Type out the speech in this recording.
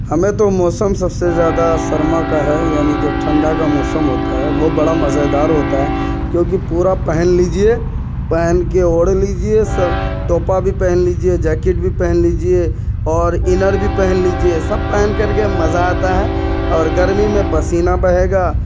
ہمیں تو موسم سب سے زیادہ سرما کا ہے یعنی جو ٹھنڈھا کا موسم ہوتا ہے وہ بڑا مزےدار ہوتا ہے کیونکہ پورا پہن لیجیے پہن کے اوڑھ لیجیے ٹوپا بھی پہن لیجیے جیکٹ بھی پہن لیجیے اور اینر بھی پہن لیجیے سب پہن کر کے مزہ آتا ہے اور گرمی میں پسینہ بہے گا